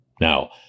Now